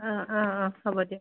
অঁ অঁ অঁ হ'ব দিয়ক